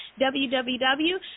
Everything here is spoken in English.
www